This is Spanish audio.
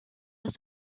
las